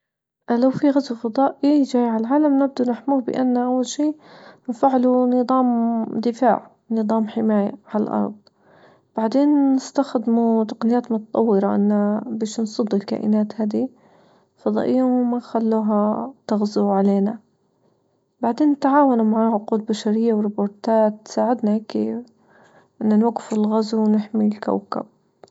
لو في غزو فضائي يجى عالعالم نبدأوا نحموه بأن أول شى نفعلو نظام دفاع نظام حماية على الأرض، بعدين نستخدمو تقنيات متطورة أنه باش نصد الكائنات هادي فضائيا وما خلوها تغزو علينا، بعدين نتعاونوا مع عقول بشرية وروبوتات تساعدنا هيكى أننا نوقف الغزو ونحمي الكوكب.